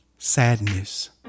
Sadness